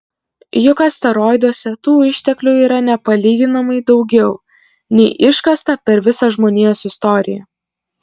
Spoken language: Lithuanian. juk asteroiduose tų išteklių yra nepalyginamai daugiau nei iškasta per visą žmonijos istoriją